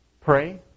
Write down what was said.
Pray